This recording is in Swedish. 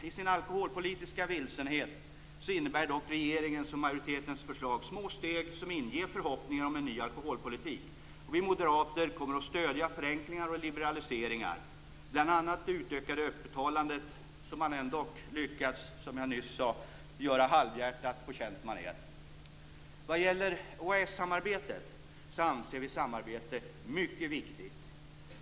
I sin alkoholpolitiska vilsenhet innebär dock majoritetens och regeringens förslag små steg som inger förhoppning om en ny alkoholpolitik. Vi moderater kommer att stödja förenklingar och libaraliseringar. Det gäller bl.a. det utökade öppethållandet som man ändå, som jag nyss sade, lyckats göra halvhjärtat på känt maner. Vi anser att OAS-samarbetet är mycket viktigt.